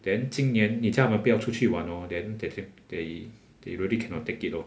then 今年你叫他们不要出去玩 hor then they ca~ they they really cannot take it lor